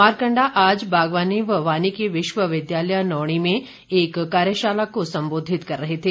मारकंडा आज बागवानी व वानिकी विश्वविद्यालय नौणी में एक कार्यशाला को संबोधित कर रहे थे